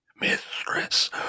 Mistress